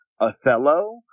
Othello